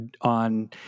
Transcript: on